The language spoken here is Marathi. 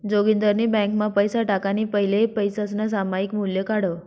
जोगिंदरनी ब्यांकमा पैसा टाकाणा फैले पैसासनं सामायिक मूल्य काढं